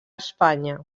espanya